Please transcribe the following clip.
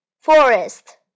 forest